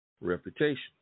reputation